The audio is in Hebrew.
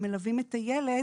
ומלווים את הילד